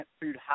Food